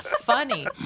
funny